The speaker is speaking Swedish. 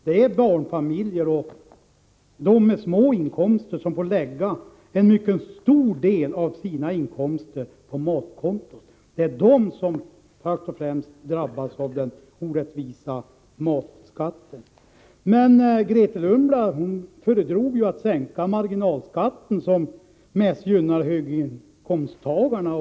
Det är barnfamiljer och låginkomsttagare som får lägga en mycket stor del av sina inkomster på matkontot. Det är dessa grupper som främst drabbas av den orättvisa matskatten. Grethe Lundblad föredrog att sänka marginalskatten, vilket mest gynnar höginkomsttagarna.